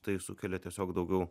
tai sukelia tiesiog daugiau